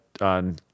on